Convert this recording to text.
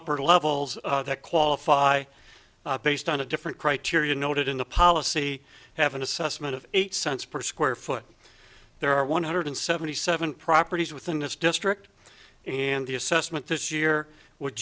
upper levels that qualify based on a different criteria noted in the policy have an assessment of eight cents per square foot there are one hundred seventy seven properties within this district and the assessment this year would